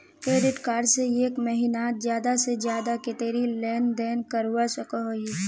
Credit card से एक महीनात ज्यादा से ज्यादा कतेरी लेन देन करवा सकोहो ही?